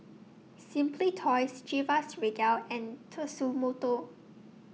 Simply Toys Chivas Regal and Tatsumoto